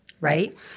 Right